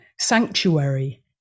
sanctuary